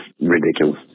ridiculous